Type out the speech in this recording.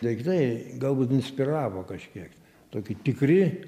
daiktai galbūt inspiravo kažkiek toki tikri